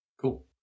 cool